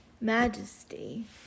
majesty